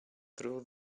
through